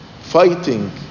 fighting